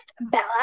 Bella